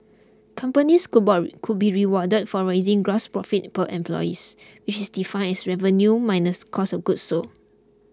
companies could could be rewarded for raising gross profit per employees which is defined as revenue minus cost of goods sold